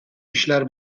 işler